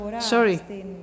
Sorry